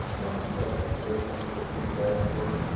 won several awards while he was here in grad school.